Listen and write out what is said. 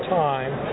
time